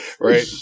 Right